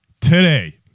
today